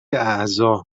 اعضا